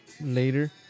later